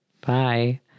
bye